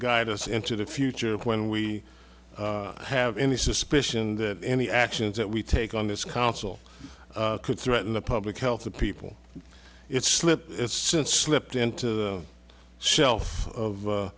guide us into the future when we have any suspicion that any actions that we take on this council could threaten the public health the people it's slipped since slipped into the shelf of